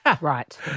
Right